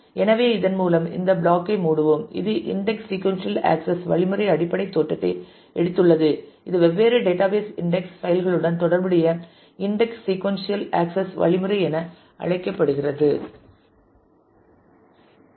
எனவே இதன் மூலம் இந்த பிளாக் ஐ மூடுவோம் இது இன்டெக்ஸ் சீக்கொன்சியல் ஆக்சஸ் வழிமுறை அடிப்படை தோற்றத்தை எடுத்துள்ளது இது வெவ்வேறு டேட்டாபேஸ் இன்டெக்ஸ் பைல் களுடன் தொடர்புடைய இன்டெக்ஸ் சீக்கொன்சியல் ஆக்சஸ் வழிமுறை என அழைக்கப்படுகிறது